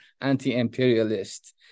anti-imperialist